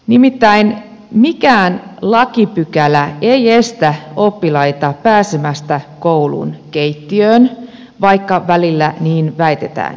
nimittäin mikään lakipykälä ei estä oppilaita pääsemästä koulun keittiöön vaikka välillä niin väitetäänkin